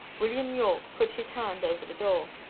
william yorke put his hand over the door,